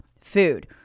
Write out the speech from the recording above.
food